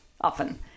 often